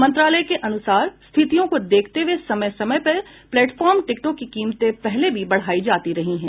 मंत्रालय के अनुसार स्थितियों को देखते हुए समय समय पर प्लेटफार्म टिकटों की कीमतें पहले भी बढ़ाई जाती रही हैं